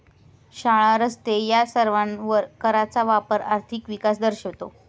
शाळा, रस्ते या सर्वांवर कराचा वापर आर्थिक विकास दर्शवतो